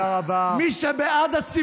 תודה רבה, אדוני.